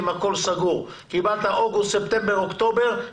קיבלת אוגוסט, ספטמבר ואוקטובר.